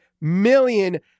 million